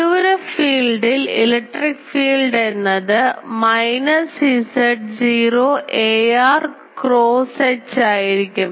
വിദൂര ഫീൽഡിൽ electric field എന്നത് minus Z0 ar cross H ആയിരിക്കും